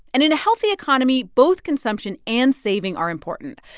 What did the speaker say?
and in a healthy economy, both consumption and saving are important.